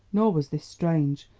nor was this strange!